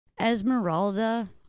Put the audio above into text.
Esmeralda